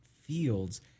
fields